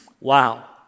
Wow